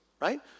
Right